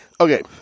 okay